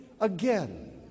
again